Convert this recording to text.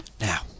Now